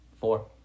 Four